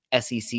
sec